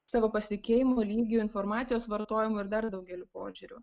savo pasitikėjimo lygiu informacijos vartojimo ir dar daugeliu požiūrių